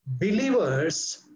Believers